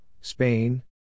Spain